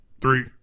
three